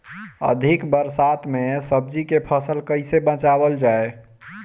अधिक बरसात में सब्जी के फसल कैसे बचावल जाय?